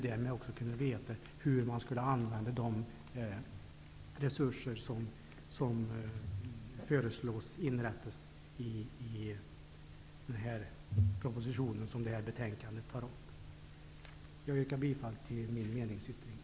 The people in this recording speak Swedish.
Därmed skulle det framgå hur de resurser som föreslås i propositionen och som tas upp i betänkandet skall användas. Jag yrkar bifall till min meningsyttring.